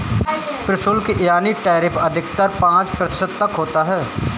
प्रशुल्क यानी टैरिफ अधिकतर पांच प्रतिशत तक होता है